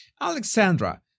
Alexandra